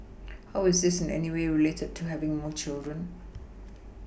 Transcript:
how's this in any way related to having more children